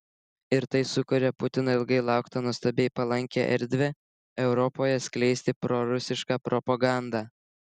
ir tai sukuria putino ilgai lauktą nuostabiai palankią erdvę europoje skleisti prorusišką propagandą